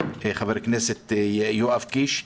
חבר הכנסת יואב קיש.